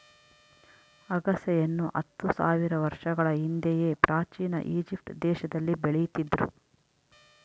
ಅಗಸೆಯನ್ನು ಹತ್ತು ಸಾವಿರ ವರ್ಷಗಳ ಹಿಂದೆಯೇ ಪ್ರಾಚೀನ ಈಜಿಪ್ಟ್ ದೇಶದಲ್ಲಿ ಬೆಳೀತಿದ್ರು